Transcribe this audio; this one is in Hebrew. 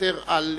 מוותר על